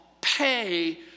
pay